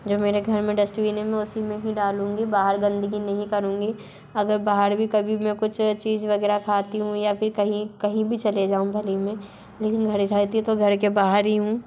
जो मेरे घर में डस्ट्बिन है मैं उसी में ही डालूँगी बाहर गंदगी नहीं करुँगी अगर बाहर भी कभी भी मै कुछ चीज वगैरह खाती हूँ या फिर कहीं कहीं भी चले जाऊ भले ही मैं लेकिन घर रहती तो घर के बाहर ही हूँ